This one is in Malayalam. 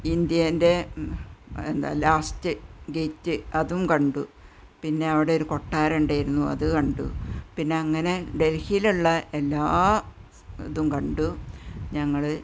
ഇന്ത്യന്റെ എന്താ ലാസ്റ്റ് ഗേറ്റ് അതും കണ്ടു പിന്നെ അവിടെ ഒരു കൊട്ടാരം ഉണ്ടായിരുന്നു അതു കണ്ടു പിന്നെ അങ്ങനെ ഡല്ഹിയിലുള്ള എല്ലാ ഇതും കണ്ടു ഞങ്ങൾ